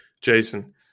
Jason